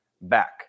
back